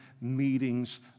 meetings